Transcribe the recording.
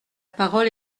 parole